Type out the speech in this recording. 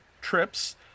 trips